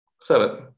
Seven